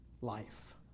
life